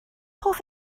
hoff